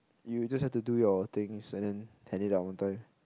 you just have to do your things and then hand it up on time